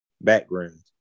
backgrounds